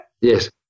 Yes